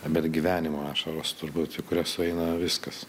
bet gyvenimo ašaros turbūt į kuria sueina viskas